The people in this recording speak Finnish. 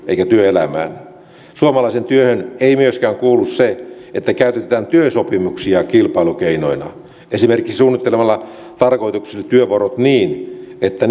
eikä työelämään suomalaiseen työhön ei myöskään kuulu se että käytetään työsopimuksia kilpailukeinoina esimerkiksi suunnittelemalla tarkoituksellisesti työvuorot niin että